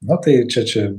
na tai čia čia